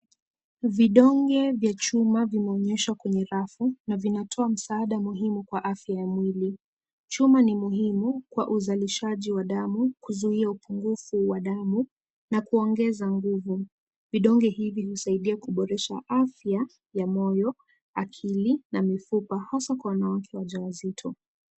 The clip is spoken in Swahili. Vidong vya chuma vimeonyeshwa kwenye rafu na zinatoa msaada muhimu kwa afya ya mwili. Chuma ni muhimu kwa uzalishaji wa damu, kuzuia upungufu wa damu na kuongeza nguvu. Vidonge hivi husadia kuboresha afya ya moyo, akili na mifupa, hasa kwa wanawake wajawazito.